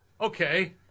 Okay